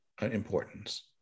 importance